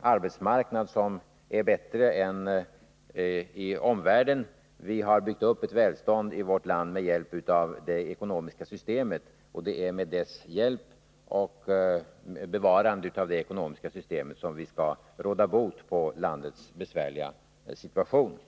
arbetsmarknad som är bättre än vad som är fallet i omvärlden. Vi har byggt uppett välstånd i vårt land med hjälp av det ekonomiska systemet. Och det är med hjälp av och genom bevarandet av det ekonomiska systemet som vi skall råda bot på landets besvärliga situation.